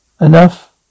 enough